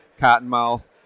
cottonmouth